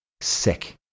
sick